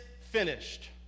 finished